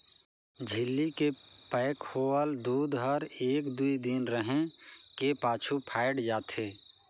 झिल्ली के पैक होवल दूद हर एक दुइ दिन रहें के पाछू फ़ायट जाथे